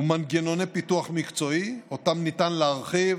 ומנגנוני פיתוח מקצועי שניתן להרחיב